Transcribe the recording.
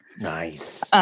Nice